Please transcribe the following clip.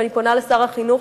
ואני פונה אל שר החינוך,